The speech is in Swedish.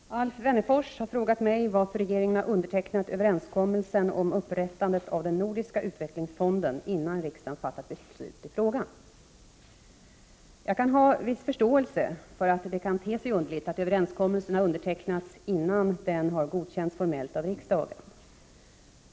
Herr talman! Alf Wennerfors har frågat mig varför regeringen har undertecknat överenskommelsen om upprättandet av den nordiska utvecklingsfonden innan riksdagen fattat beslut i frågan. Jag kan ha viss förståelse för att det kan te sig underligt att överenskommelsen har undertecknats innan den har godkänts formellt av riksdagen.